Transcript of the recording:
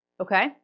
okay